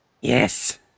Yes